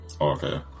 okay